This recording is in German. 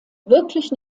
wirklich